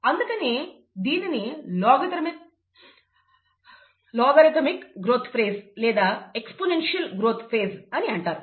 అందుకనే దీనిని logarithmic growth ఫేజ్లేదా ఎక్స్పోనెన్షియల్ గ్రోత్ ఫేజ్ అంటారు